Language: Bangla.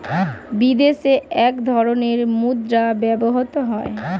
বিদেশে এক ধরনের মুদ্রা ব্যবহৃত হয়